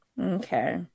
Okay